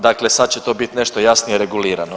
Dakle, sad će to biti nešto jasnije regulirano.